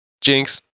Jinx